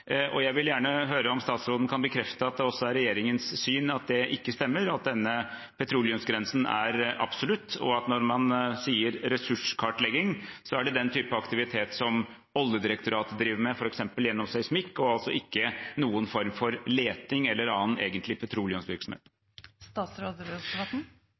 Jeg vil gjerne høre om statsråden kan bekrefte at det er regjeringens syn at det ikke stemmer, at denne petroleumsgrensen er absolutt, og at når man sier «ressurskartlegging», er det den type aktivitet som Oljedirektoratet driver med, f.eks. gjennom seismikk, og altså ikke noen form for leting eller annen egentlig